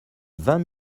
vingt